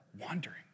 wandering